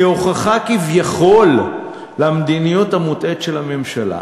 כהוכחה כביכול למדיניות המוטעית של הממשלה,